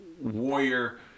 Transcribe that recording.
Warrior